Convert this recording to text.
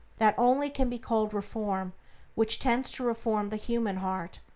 that only can be called reform which tends to reform the human heart,